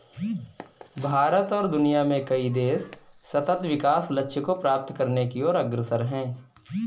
भारत और दुनिया में कई देश सतत् विकास लक्ष्य को प्राप्त करने की ओर अग्रसर है